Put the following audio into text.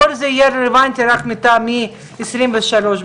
כתבתם שהיא תפרסם בהודעה ברשומות,